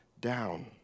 down